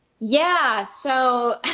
yeah. so,